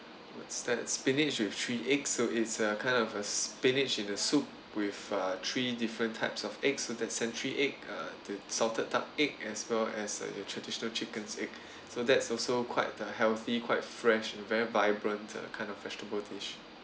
that that spinach with three eggs so it's a kind of a spinach in the soup with uh three different types of eggs so the century egg uh the salted duck egg as well as a traditional chicken's egg so that's also quite a healthy quite fresh and very vibrant uh kind of vegetable dish